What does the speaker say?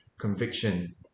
conviction